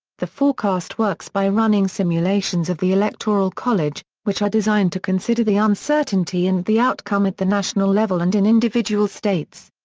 the forecast works by running simulations of the electoral college, which are designed to consider the uncertainty in the outcome at the national level and in individual states.